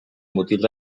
mutil